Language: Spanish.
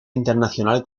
internacional